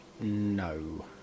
No